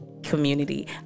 Community